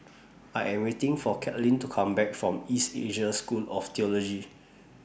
I Am waiting For Kathleen to Come Back from East Asia School of Theology